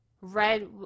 red